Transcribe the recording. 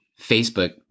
Facebook